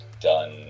done